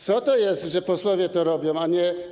Co to jest, że posłowie to robią, a nie.